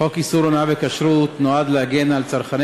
חוק איסור הונאה בכשרות נועד להגן על צרכני